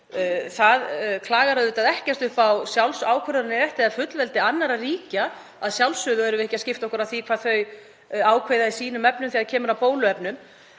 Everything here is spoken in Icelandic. Það klagar auðvitað ekkert upp á sjálfsákvörðunarrétt eða fullveldi annarra ríkja. Að sjálfsögðu skiptum við okkur ekki af því hvað þau ákveða í sínum efnum þegar kemur að bóluefnum.